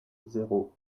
zéro